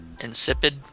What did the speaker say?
Insipid